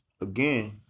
again